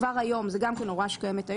כבר היום זו גם הוראה קיימת.